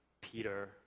Peter